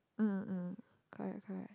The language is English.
um um correct correct